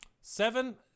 seven